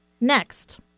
next